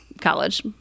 college